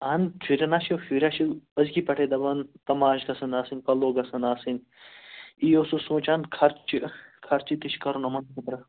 اَہنوٗ شُرٮ۪ن ہا چھُ شُرۍ یا چھِ أزکی پیٹھٕے دپان تماشہٕ گژھن آسٕنۍ پلو گژھن آسٕنۍ تی اوسُس سونچان خرچہٕ خرچہٕ تہِ چھُ کرُن یِمن خٲطرٕ